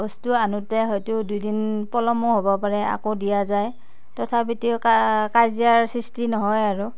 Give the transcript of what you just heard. বস্তু আনোতে হয়তো দুদিন পলমো হ'ব পাৰে আকৌ দিয়া যায় তথাপিটো কা কাজিয়াৰ সৃষ্টি নহয় আৰু